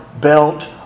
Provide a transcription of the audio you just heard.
belt